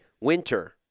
winter